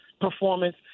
performance